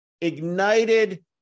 ignited